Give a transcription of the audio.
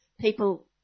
People